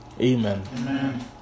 Amen